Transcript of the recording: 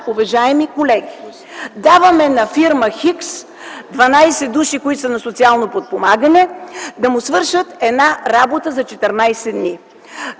уважаеми колеги! Даваме на фирма „Х” 12 души, които са на социално подпомагане, да й свършат една работа за 14 дни.